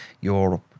Europe